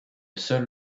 seul